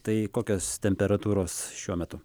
tai kokios temperatūros šiuo metu